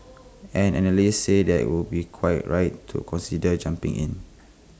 and analysts say they would be quite right to consider jumping in